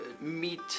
meet